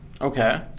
Okay